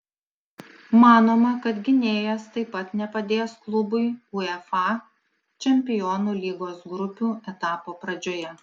manoma kad gynėjas taip pat nepadės klubui uefa čempionų lygos grupių etapo pradžioje